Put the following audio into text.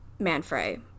Manfrey